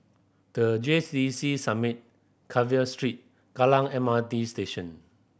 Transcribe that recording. the T C Summit Carver Street Kallang M R T Station